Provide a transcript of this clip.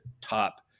top